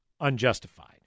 unjustified